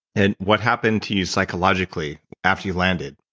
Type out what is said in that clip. and what happened to you psychologically after you landed.